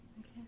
Okay